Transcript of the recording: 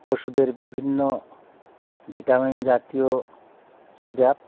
পশুদের বিভিন্ন ভিটামিন জাতীয় সিরাপ